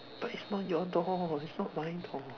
but it's not your door it's not my door